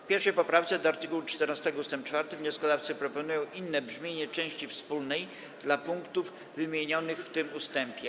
W 1. poprawce do art. 14 ust. 4 wnioskodawcy proponują inne brzmienie części wspólnej dla punktów wymienionych w tym ustępie.